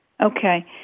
Okay